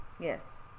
Yes